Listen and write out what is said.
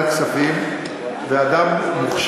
בניגוד למה שעשו חלק במחאה החברתית ואוהבים לעשות גם חלק,